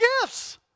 gifts